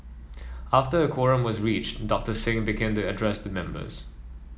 after a quorum was reached Doctor Singh began to address the members